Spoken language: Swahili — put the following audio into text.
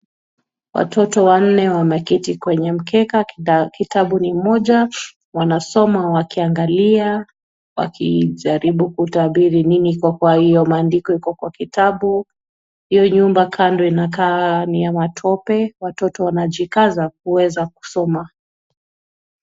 Watoto wanne wanaketi kwenye mkeka. Kitabu ni moja. Wanasoma wakiangalia, wakijaribu kutabiri nini iko kwa hio maandiko iko kwa kitabu. Hio nyumba kando inakaa ni ya matope. Watoto wanajikaza kuweza kusoma.